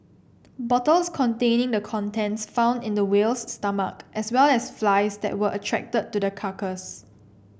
bottles containing the contents found in the whale's stomach as well as flies that were attracted to the carcass